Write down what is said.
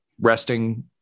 resting